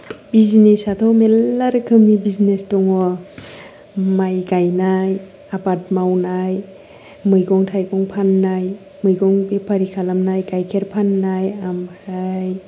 बिजनेसाथ' मेल्ला रोखोमनि बिजनेस दङ माइ गायनाय आबाद मावनाय मैगं थाइगं फाननाय मैगं बेफारि खालामनाय गाइखेर फाननाय ओमफ्राय